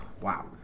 wow